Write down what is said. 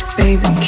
baby